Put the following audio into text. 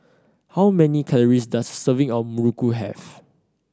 how many calories does a serving of muruku have